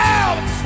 out